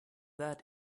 that